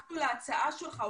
ולהצעה שלך,